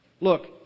Look